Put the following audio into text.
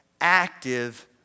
active